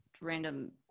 random